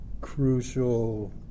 crucial